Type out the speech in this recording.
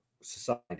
society